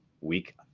week